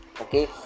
Okay